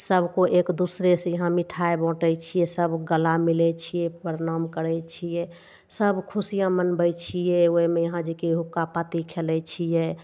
सब कोइ एक दूसरे से यहाँ मिठाइ बाँटै छियै सब गला मिलै छियै प्रणाम करै छियै सब खुशियाँ मनबै छियै ओहिमे यहाँ जेकि हुक्का पाती खेलै छियै